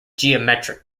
geometric